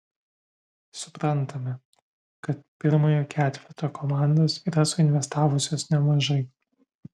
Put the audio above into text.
suprantame kad pirmojo ketverto komandos yra suinvestavusios nemažai